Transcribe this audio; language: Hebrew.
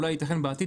אולי יתכן בעתיד,